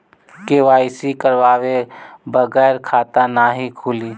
KYC करवाये बगैर खाता नाही खुली?